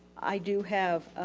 i do have